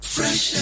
Fresh